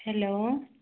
hello